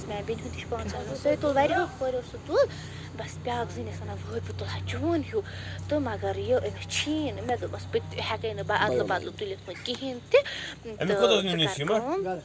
میٛانہِ بیٚنہِ ہیٛونٛد تہِ چھُ پانٛژَن سۄے تُل واریاہو کوریٛو سُہ تُل بَس بیٛاکھ زٔنۍ ٲسۍ وَنان وٲے بہٕ تُل ہا چیٛون ہیٛو تہٕ مَگر یہِ أمس چھیی نہٕ مےٚ دوٚپمَس بہٕ تہِ ہیٚکٔے نہٕ بہٕ اَدلہٕ بدلہٕ تُلِتھ وۄنۍ کِہیٖنۍ تہِ تہٕ ژٕ کرٕ کٲم